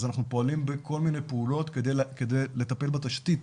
אז אנחנו פועלים בכל מיני פעולות כדי לטפל בתשתית.